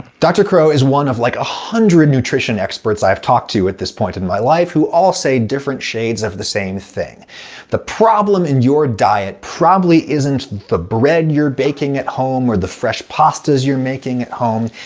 dr. crowe is one of like a hundred nutrition experts i've talked to at this point in my life who all say different shades of the same thing the problem in your diet probably isn't the bread you're baking at home or the fresh pastas you're making at home.